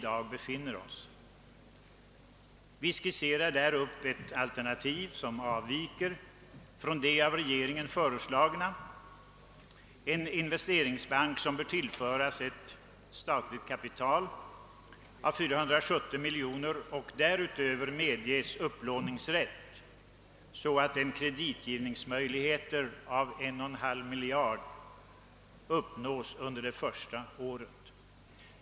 Vi skisserar upp ett alternativ som avviker från det av regeringen föreslagna, en investeringsbank som bör tillföras ett statligt kapital av 470 miljoner kronor och därutöver medges upplåningsrätt så att kreditgivningsmöjligheter av 1,5 miljard kronor uppnås under det första året.